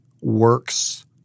works